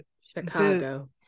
chicago